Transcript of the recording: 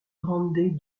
grande